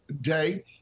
day